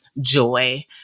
joy